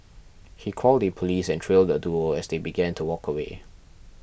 he called the police and trailed the duo as they began to walk away